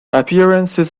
appearances